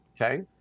Okay